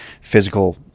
physical –